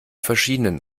verschiedenen